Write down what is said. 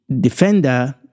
defender